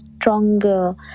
stronger